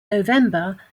november